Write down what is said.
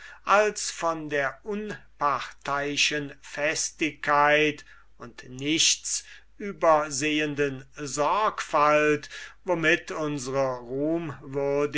als von der unparteiischen festigkeit und nichts übersehenden sorgfalt womit unsre